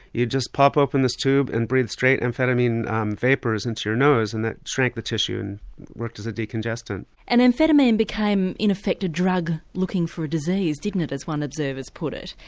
you just pop open this tube and breathe straight amphetamine vapours into your nose and that shrank the tissue and worked as a decongestant. and amphetamine became in effect a drug looking for a disease, didn't it, as one observer's put it?